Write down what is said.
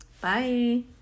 Bye